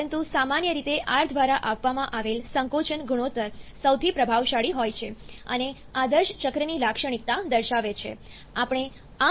પરંતુ સામાન્ય રીતે r દ્વારા આપવામાં આવેલ સંકોચનગુણોત્તર સૌથી પ્રભાવશાળી હોય છે અને આદર્શ ચક્રની લાક્ષણિકતા દર્શાવે છે